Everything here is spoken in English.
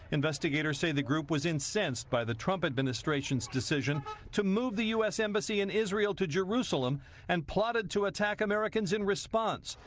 investigators say the group was incensed by the trump administration's decision to move the u s. embassy in israel to jerusalem and plotted to attack americans in response,